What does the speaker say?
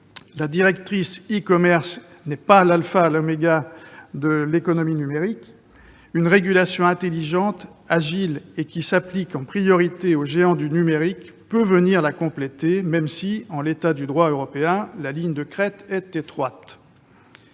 la directive e-commerce n'est pas l'alpha et l'oméga de l'économie numérique. Une régulation intelligente, agile et qui s'applique en priorité aux géants du numérique peut venir la compléter, même si, en l'état du droit européen, la ligne de crête est étroite.